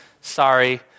Sorry